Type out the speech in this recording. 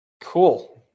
cool